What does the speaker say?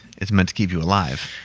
it's meant to keep you alive.